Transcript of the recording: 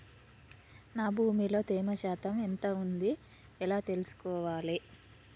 నా భూమి లో తేమ శాతం ఎంత ఉంది ఎలా తెలుసుకోవాలే?